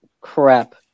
Crap